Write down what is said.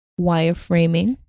wireframing